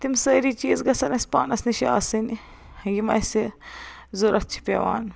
تِم سٲری چیٖز گَژھن اَسہِ پانس نِش آسٕنۍ یِم اَسہِ ضرورَت چھِ پیٚوان